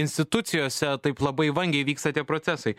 institucijose taip labai vangiai vyksta tie procesai